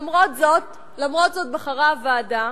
למרות זאת בחרה הוועדה